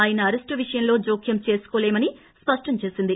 ఆయన అరెస్టు విషయంలో జోక్యం చేసుకోలేమని స్పష్టం చేసింద్